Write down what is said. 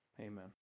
amen